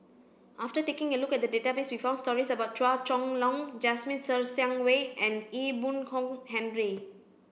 after taking a look at the database we found stories about Chua Chong Long Jasmine Ser Xiang Wei and Ee Boon Kong Henry